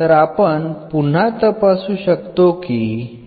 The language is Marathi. तर आपण पुन्हा तपासू शकतो की